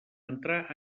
entrar